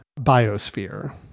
Biosphere